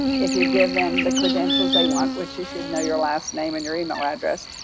if you give them the credentials they want, which you should know your last name and your email address,